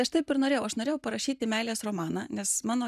aš taip ir norėjau aš norėjau parašyti meilės romaną nes mano